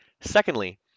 Secondly